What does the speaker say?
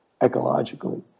ecologically